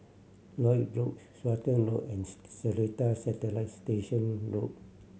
Lloyd Road Stratton Road and Seletar Satellite Station Road